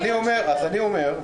אני אומר,